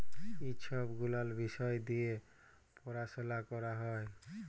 ই ছব গুলাল বিষয় দিঁয়ে পরাশলা ক্যরা হ্যয়